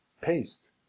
Paste